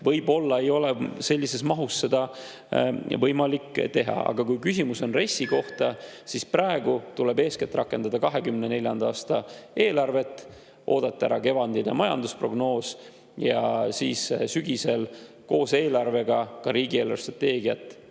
võib-olla ei ole sellises mahus seda võimalik teha. Aga kui küsimus on RES-i kohta, siis praegu tuleb eeskätt rakendada 2024. aasta eelarvet, oodata ära kevadine majandusprognoos ja siis sügisel koos eelarvega ka riigi eelarvestrateegiat